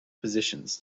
positions